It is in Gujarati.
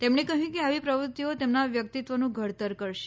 તેમણે કહ્યું કે આવી પ્રવૃત્તિઓ તેમના વ્યક્તિત્વનું ઘડતર કરશે